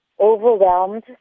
overwhelmed